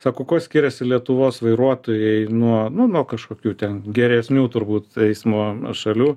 sako kuo skiriasi lietuvos vairuotojai nuo nu nuo kažkokių ten geresnių turbūt eismo šalių